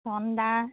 চন্দা